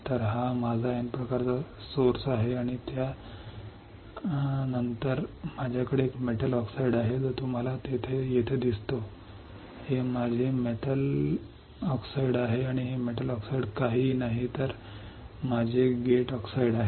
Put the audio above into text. तर हा माझा N प्रकारचा स्त्रोत आहे आणि त्या नंतर माझ्याकडे एक मेटल ऑक्साईड आहे जो तुम्हाला येथे दिसतो हे माझे मेटल ऑक्साईड आहे आणि हे मेटल ऑक्साईड काहीही नाही परंतु माझे गेट ऑक्साईड आहे